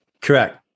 Correct